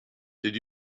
did